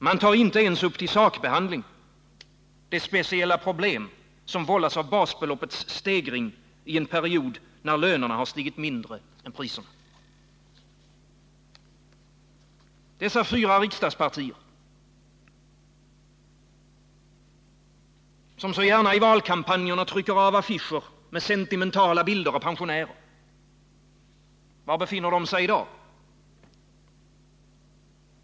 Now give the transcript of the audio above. Man tar inte ens upp till sakbehandling det speciella problem som vållas av basbeloppets stegring i en period när lönerna stigit mindre än priserna. Dessa fyra riksdagspartier, som så gärna i valkampanjerna trycker affischer med sentimentala bilder av pensionärer — var befinner de sig i dag?